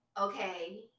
okay